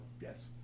Yes